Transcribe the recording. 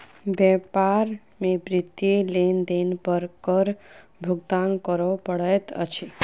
व्यापार में वित्तीय लेन देन पर कर भुगतान करअ पड़ैत अछि